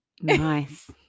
nice